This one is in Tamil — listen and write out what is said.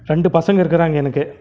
ரெண்டு பசங்க இருக்குறாங்க எனக்கு